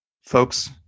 folks